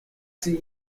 sie